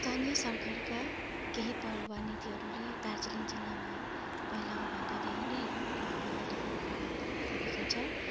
स्थानीय सरकारका केही पहल वा नीतिहरूले दार्जिलिङ जिल्लामा पहिलाको भन्दा धेरै नै प्रभाव महत्त्वपूर्ण प्रभाव पारेको देखिन्छ